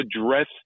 address